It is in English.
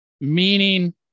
Meaning